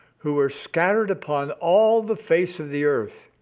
who were scattered upon all the face of the earth